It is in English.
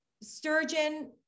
sturgeon